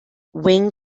wing